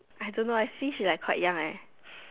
I don't know I see she like quite young eh